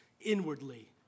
inwardly